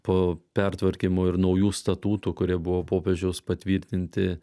po pertvarkymo ir naujų statutų kurie buvo popiežiaus patvirtinti